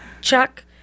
Chuck